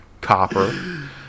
copper